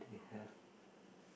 they have